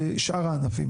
בשאר הענפים.